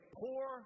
poor